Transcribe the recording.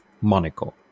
Monaco